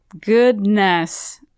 Goodness